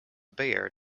bayer